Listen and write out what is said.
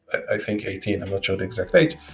i think eighteen, i'm not sure the exact date,